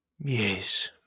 Yes